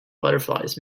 butterflies